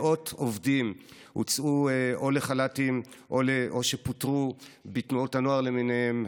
מאות עובדים הוצאו לחל"ת או פוטרו בתנועות הנוער למיניהן,